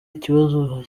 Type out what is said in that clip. ikibazo